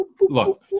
Look